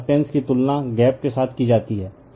तो रीलकटेन्स की तुलना गैप के साथ की जाती है